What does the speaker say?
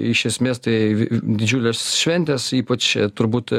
iš esmės tai i i didžiulės šventės ypač turbūt